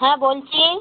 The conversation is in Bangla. হ্যাঁ বলছি